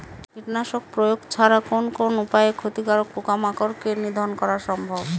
কীটনাশক প্রয়োগ ছাড়া কোন কোন উপায়ে ক্ষতিকর পোকামাকড় কে নিধন করা সম্ভব?